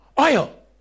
oil